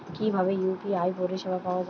কিভাবে ইউ.পি.আই পরিসেবা পাওয়া য়ায়?